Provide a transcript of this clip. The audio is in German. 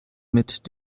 mit